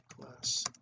class